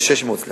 כבוד השר,